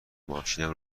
ماشینم